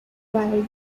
widely